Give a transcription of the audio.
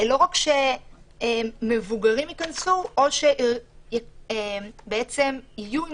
לא רק שמבוגרים ייכנסו או שיהיו עם